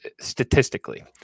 statistically